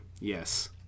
yes